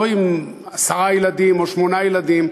לא עם עשרה ילדים או שמונה ילדים,